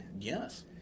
yes